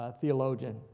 theologian